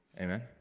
Amen